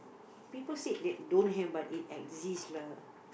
people said that don't have but it exist lah